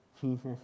Jesus